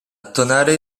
tonale